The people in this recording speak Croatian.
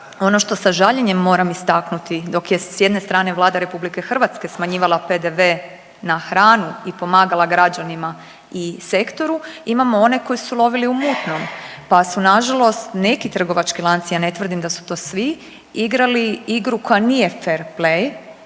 Ono što sa žaljenjem moram istaknuti, dok je s jedne strane Vlada RH smanjivala PDV na hranu i pomagala građanima i sektoru, imamo one koji su lovili u mutnom, pa su nažalost neki trgovački lanci, ja ne tvrdim da su to svi, igrali igru koja nije fer play